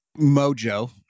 mojo